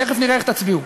תכף נראה איך תצביעו.